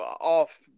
off